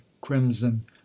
crimson